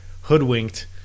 hoodwinked